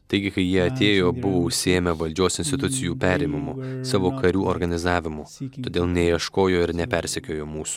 taigi kai jie atėjo buvo užsiėmę valdžios institucijų perėmimu savo karių organizavimu todėl neieškojo ir nepersekiojo mūsų